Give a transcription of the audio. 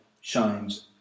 shines